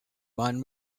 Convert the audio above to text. man